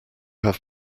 have